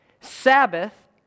Sabbath